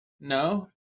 No